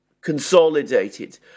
consolidated